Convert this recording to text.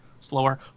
slower